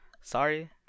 Sorry